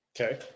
Okay